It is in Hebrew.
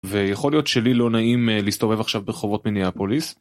ויכול להיות שלי לא נעים אה.. להסתובב עכשיו ברחובות מיניאפוליס